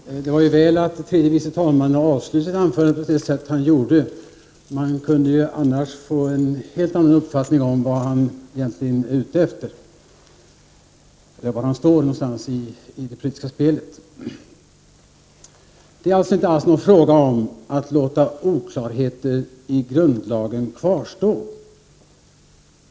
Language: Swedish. Fru talman! Det var för väl att tredje vice talmannen avslutade sitt anförande på det sätt som han gjorde. Annars hade man kunnat få en helt annan uppfattning om var han egentligen står i det politiska spelet. Det är alltså inte alls fråga om att låta oklarheter i grundlagen kvarstå.